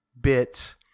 bits